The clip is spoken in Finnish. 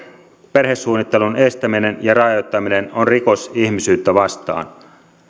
perhesuunnittelun estäminen ja rajoittaminen on rikos ihmisyyttä vastaan